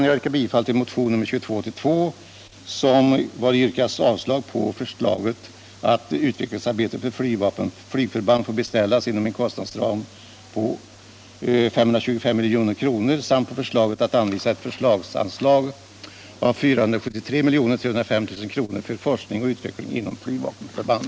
Jag yrkar bifall till motion nr 2282, vari yrkats avslag på förslaget att utvecklingsarbete för flygförband får beställas inom en kostnadsram av 525 milj.kr. samt på förslaget att anvisa ett förslagsanslag av 473 305 000 kr. för forskning och utveckling inom flygförband.